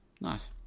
Nice